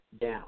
down